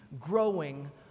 growing